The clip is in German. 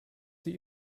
sie